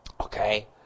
Okay